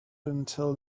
until